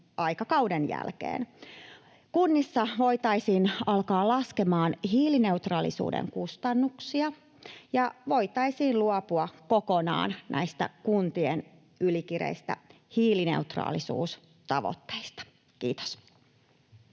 aikakauden jälkeen. Kunnissa voitaisiin alkaa laskemaan hiilineutraalisuuden kustannuksia ja voitaisiin luopua kokonaan näistä kuntien ylikireistä hiilineutraalisuustavoitteista. — Kiitos.